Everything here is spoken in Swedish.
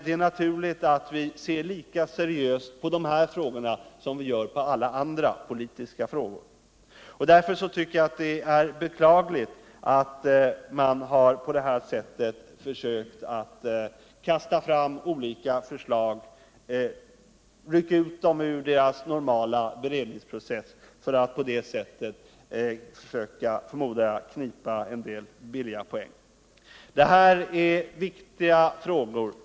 Det är naturligt att vi ser lika seriöst på de här frågorna som vi ser på alla andra politiska frågor. Därför tycker jag att det är beklagligt att man på det här sättet har försökt kasta fram olika förslag, rycka ut dem ur deras normala beredningsprocess, för att på det sättet, förmodar jag, knipa en del billiga poäng. Detta är viktiga frågor.